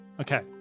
Okay